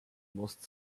most